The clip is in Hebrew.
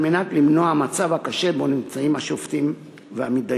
על מנת למנוע את המצב הקשה שבו נמצאים השופטים והמתדיינים.